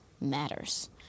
matters